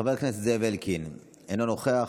חבר הכנסת זאב אלקין, אינו נוכח,